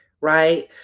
right